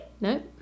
No